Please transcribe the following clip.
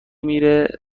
میره